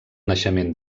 naixement